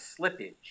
slippage